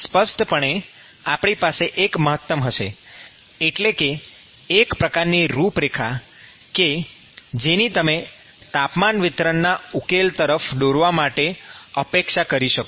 સ્પષ્ટપણે આપણી પાસે એક મહત્તમ હશે એટલે કે એક પ્રકારની રૂપરેખા કે જેની તમે તાપમાન વિતરણના ઉકેલ તરફ દોરવા માટે અપેક્ષા કરી શકો